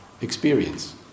experience